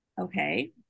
Okay